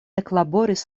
eklaboris